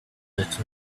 better